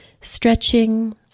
stretching